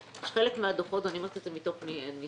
חלק מהדוחות ואני אומרת את זה מתוך ניסיון,